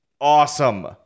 awesome